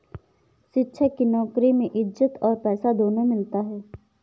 शिक्षक की नौकरी में इज्जत और पैसा दोनों मिलता है